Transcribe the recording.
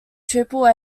triple